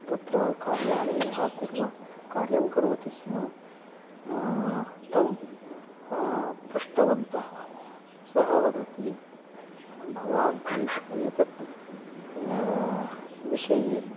तत्र कार्यालयः कुर्व कार्यं करोति स्म तं पृष्टवन्तः सः वदति भवान् एतत् एतत् विषये